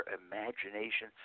imagination